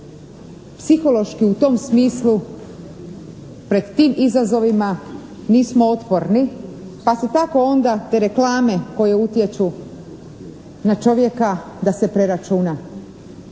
psihološki u tom smislu pred tim izazovima nismo otporni pa su tako onda te reklame koje utječu na čovjeka da se preračuna